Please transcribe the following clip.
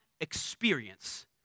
experience